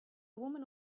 woman